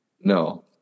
No